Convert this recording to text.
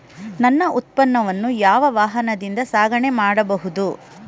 ನನ್ನ ಉತ್ಪನ್ನವನ್ನು ಯಾವ ವಾಹನದಿಂದ ಸಾಗಣೆ ಮಾಡಬಹುದು?